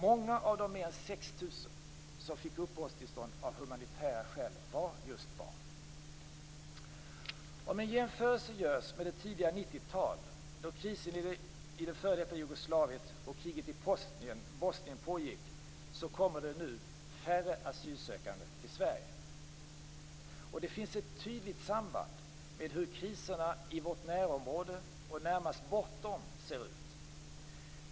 Många av de mer än 6 000 som fick uppehållstillstånd av humanitära skäl var just barn. Om en jämförelse görs med det tidiga 90-talet, då krisen i f.d. Jugoslavien och kriget i Bosnien pågick, kommer det nu färre asylsökande till Sverige. Det finns ett tydligt samband med hur kriserna i vårt närområde och närmast bortom ser ut.